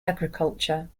agriculture